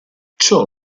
ciò